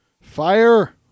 Fire